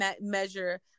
measure